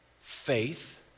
Faith